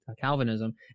Calvinism